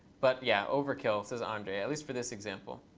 but yeah, overkill, says andrej, at least for this example.